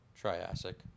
Triassic